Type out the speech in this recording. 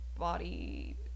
Body